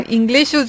English